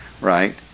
right